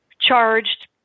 charged